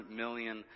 million